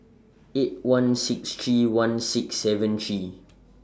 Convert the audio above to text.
eight one six three one six seven three